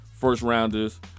first-rounders